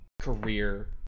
career